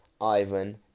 Ivan